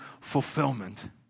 fulfillment